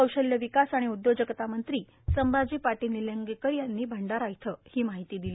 कौशल्य विकास आणि उद्योजकता मंत्री संभाजी पाटील निलंगेकर यांनी भंडारा इथं हि माहिती दिली